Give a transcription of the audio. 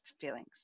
feelings